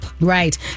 Right